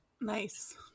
Nice